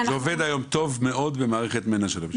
עובד היום טוב מאוד במערכת מנ"ע של המשטרה.